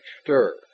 stir